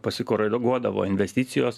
pasikorereguodavo investicijos